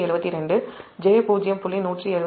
172 j0